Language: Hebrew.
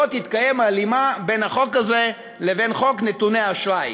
תתקיים הלימה בין החוק הזה לבין חוק נתוני אשראי,